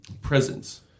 presence